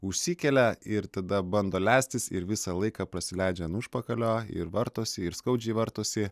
užsikelia ir tada bando leistis ir visą laiką pasileidžia ant užpakalio ir vartosi ir skaudžiai vartosi